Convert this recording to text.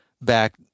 back